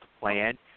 plan